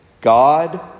God